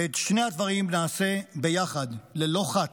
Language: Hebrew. ואת שני הדברים נעשה ביחד ללא חת.